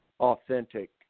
authentic